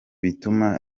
bituma